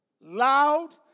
Loud